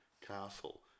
castle